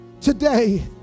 today